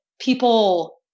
people